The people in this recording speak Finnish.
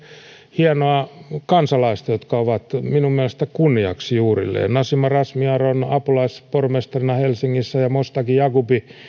hienoa kansalaistakin jotka ovat minun mielestäni kunniaksi juurilleen nasima razmyar on apulaispormestarina helsingissä ja ja moshtagh yaghoubi